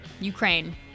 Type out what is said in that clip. Ukraine